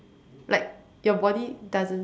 like your body doesn't sleep